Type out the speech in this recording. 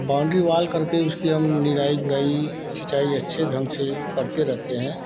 boundary wall करके उसकी हम निराई गुड़ाई सिंचाई अच्छे ढंग से करते रहते हैं